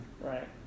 Right